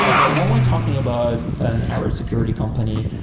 ah but when we're talking about and our security company,